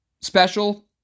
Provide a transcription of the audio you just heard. special